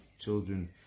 children